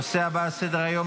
הנושא הבא על סדר-היום,